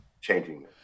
changing